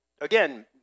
again